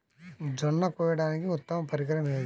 జొన్న కోయడానికి ఉత్తమ పరికరం ఏది?